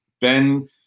Ben